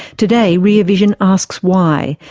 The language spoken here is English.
today rear vision asks why,